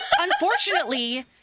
unfortunately